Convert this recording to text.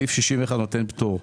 סעיף 61 נותן פטור.